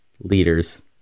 leaders